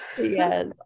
Yes